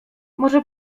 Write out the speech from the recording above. może